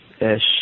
ish